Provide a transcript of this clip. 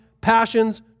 passions